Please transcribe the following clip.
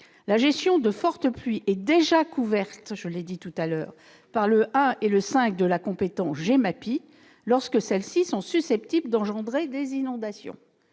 la gestion de fortes pluies est déjà couverte, comme je l'ai indiqué précédemment, par le 1° et le 5° de la compétence GEMAPI lorsque celles-ci sont susceptibles d'engendrer des inondations.